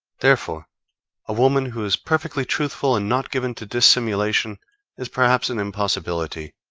therefore a woman who is perfectly truthful and not given to dissimulation is perhaps an impossibility,